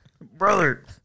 brother